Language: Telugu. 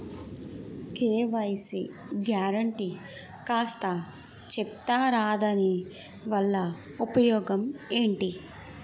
కే.వై.సీ గ్యారంటీ కాస్త చెప్తారాదాని వల్ల ఉపయోగం ఎంటి?